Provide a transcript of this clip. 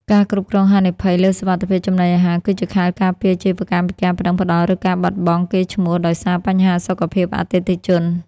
ការគ្រប់គ្រងហានិភ័យ លើសុវត្ថិភាពចំណីអាហារ គឺជាខែលការពារអាជីវកម្មពីការប្ដឹងផ្ដល់ ឬការបាត់បង់កេរ្តិ៍ឈ្មោះដោយសារបញ្ហាសុខភាពអតិថិជន។